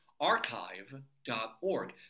Archive.org